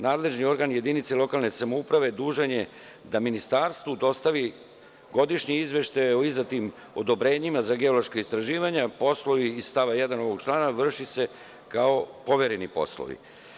Nadležni organ i jedinice lokalne samouprave dužan je da ministarstvu dostavi godišnje izveštaje o izdatim odobrenjima za geološka istraživanja, poslovi iz stava 1. ovog člana vrše se kao povereni poslovi.